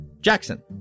Jackson